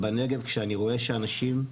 בנגב כשאני רואה שאנשים,